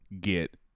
Get